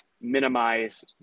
minimize